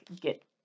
get